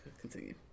Continue